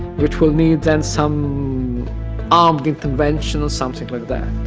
which will need then some armed intervention, or something like that.